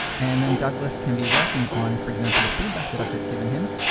and then douglas can be working on for example, the feedback that i've just given him,